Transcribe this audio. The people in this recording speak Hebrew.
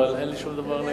אבל אין לי שום דבר,